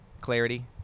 Clarity